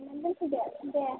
लायनानै दोनफैदो दे